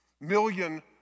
million